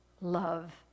love